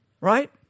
right